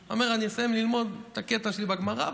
אומר: אני אסיים ללמוד את הקטע שלי בגמרא,